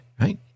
right